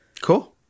Cool